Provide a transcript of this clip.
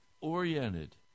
Oriented